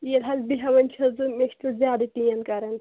ییٚلہِ حظ بیٚہوان چھس بہٕ مےٚ چھِ تیٚلہِ زیادٕ پین کَران